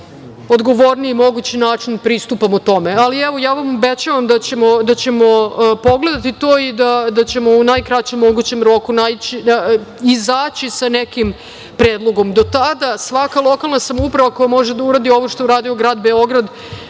najodgovorniji mogući način pristupamo tome. Ali, evo, ja vam obećavam da ćemo pogledati to i da ćemo u najkraćem mogućem roku izaći sa nekim predlogom. Do tada, svaka lokalna samouprava, koja može da uradi ovo što je uradio grad Beograd,